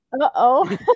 Uh-oh